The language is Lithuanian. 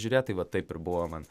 žiūrėt tai va taip ir buvo man